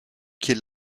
quais